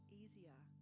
easier